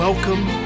Welcome